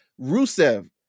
Rusev